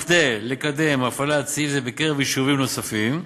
כדי לקדם הפעלת סעיף זה ביישובים נוספים,